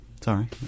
sorry